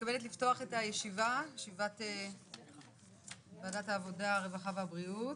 נפתח את ישיבת ועדת העבודה, הרווחה והבריאות,